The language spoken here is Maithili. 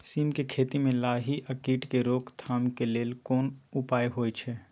सीम के खेती म लाही आ कीट के रोक थाम के लेल केना उपाय होय छै?